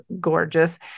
gorgeous